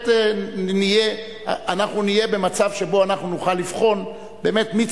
בהחלט נהיה במצב שבו אנחנו נוכל לבחון מי